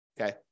Okay